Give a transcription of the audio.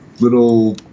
little